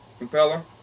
impeller